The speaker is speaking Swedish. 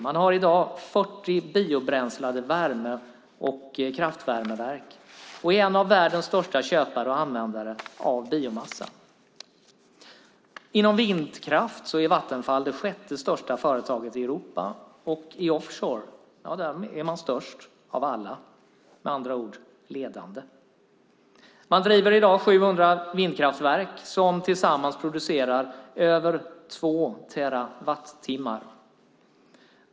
Man har i dag 40 biobränslade värme och kraftvärmeverk och är en världens största köpare och användare av biomassa. Inom vindkraft är Vattenfall det sjätte största företaget i Europa. I offshore är man störst av alla, med andra ord ledande. Man driver i dag 700 vindkraftverk som tillsammans producerar över två terawattimmar.